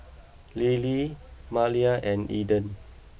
Lyle Malia and Eden